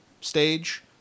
stage